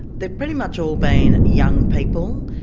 they've pretty much all been young people,